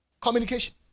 communication